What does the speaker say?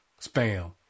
Spam